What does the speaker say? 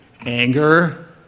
Anger